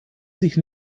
sich